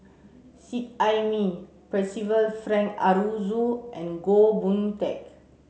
Seet Ai Mee Percival Frank Aroozoo and Goh Boon Teck